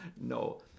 no